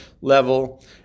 level